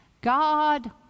God